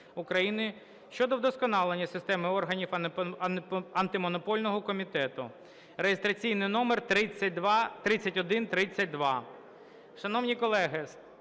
України щодо вдосконалення системи органів Антимонопольного комітету (реєстраційний номер 3132). Шановні колеги,